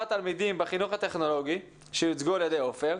התלמידים בחינוך הטכנולוגי שהוצגו על ידי עופר.